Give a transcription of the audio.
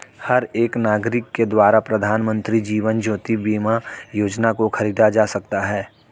हर एक नागरिक के द्वारा प्रधानमन्त्री जीवन ज्योति बीमा योजना को खरीदा जा सकता है